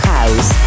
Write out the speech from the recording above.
House